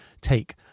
take